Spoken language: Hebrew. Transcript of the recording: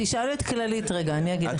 תשאל את כללית רגע, אני אגיד לך.